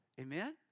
Amen